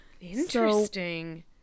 Interesting